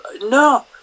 No